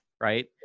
right